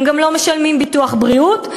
הם גם לא משלמים ביטוח בריאות,